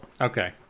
Okay